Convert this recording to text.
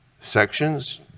sections